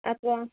ಅಥವಾ